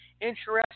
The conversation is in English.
interesting